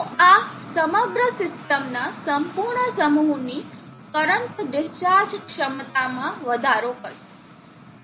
તો આ સમગ્ર સિસ્ટમના સંપૂર્ણ સમૂહની કરંટ ડિસ્ચાર્જ ક્ષમતામાં વધારો કરશે